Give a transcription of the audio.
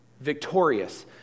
victorious